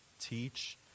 teach